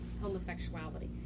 Homosexuality